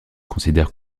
considère